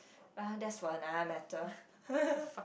ah that's for another matter